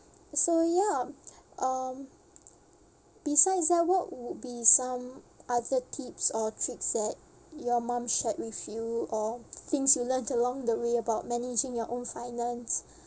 so yup um besides that what would be some other tips or tricks that your mum shared with you or things you learnt along the way about managing your own finance